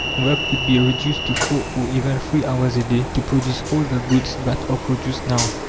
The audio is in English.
work could be reduced to four or even three hours a day, to produce all the goods that are produced now.